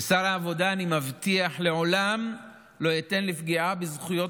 כשר העבודה אני מבטיח שלעולם לא אתן יד לפגיעה בזכויות